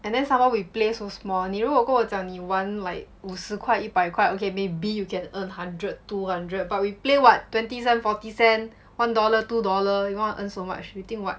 and then some more we play so small 你如果跟我讲你玩 like 五十块一百块 okay maybe you can earn hundred two hundred but we play what twenty seven forty cent one dollar two dollar you want earn so much you think what